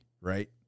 right